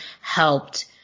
helped